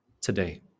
today